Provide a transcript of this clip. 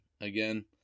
again